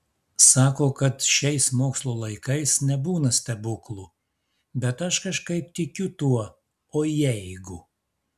sako kad šiais mokslo laikais nebūna stebuklų bet aš kažkaip tikiu tuo o jeigu